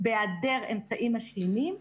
בהיעדר אמצעים משלימים,